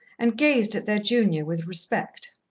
and gazed at their junior with respect.